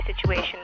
situation